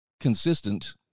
consistent